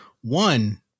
One